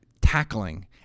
tackling